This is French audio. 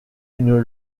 une